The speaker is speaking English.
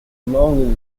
long